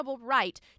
right